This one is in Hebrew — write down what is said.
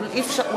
לא.